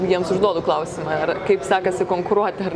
jiems užduodu klausimą kaip sekasi konkuruoti ar